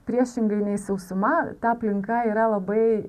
priešingai nei sausuma ta aplinka yra labai